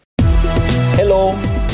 Hello